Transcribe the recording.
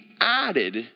added